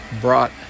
brought